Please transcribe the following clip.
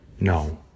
No